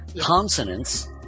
Consonants